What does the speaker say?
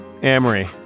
Amory